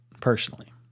personally